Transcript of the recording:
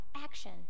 action